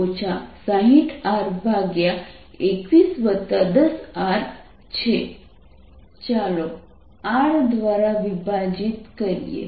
I2 602110R V1RI2 60R2110R ચાલો R દ્વારા વિભાજીત કરીએ